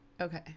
Okay